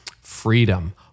freedom